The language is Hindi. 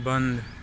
बंद